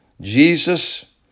Jesus